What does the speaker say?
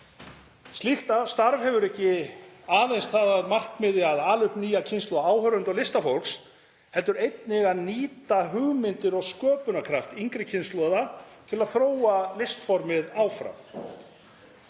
Slíkt starf hefur ekki aðeins það að markmiði að ala upp nýja kynslóð áhorfenda og listafólks heldur einnig að nýta hugmyndir og sköpunarkraft yngri kynslóða til að þróa listformið áfram.